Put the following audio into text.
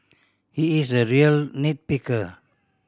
he is a real nit picker